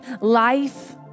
life